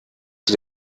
die